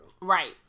Right